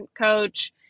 coach